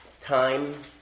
Time